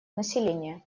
населения